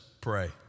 pray